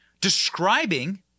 describing